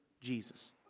Jesus